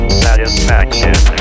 satisfaction